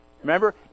Remember